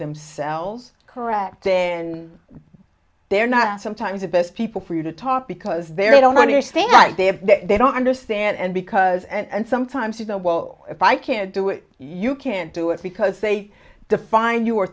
themselves correct then they're not sometimes the best people for you to talk because they're don't understand what they have they don't understand and because and sometimes you know well if i can't do it you can't do it because they define you